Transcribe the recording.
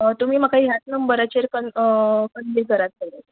तुमी म्हाका ह्याच नंबराचेर कॉन्टेक्ट करा तुमी